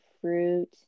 fruit